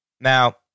Now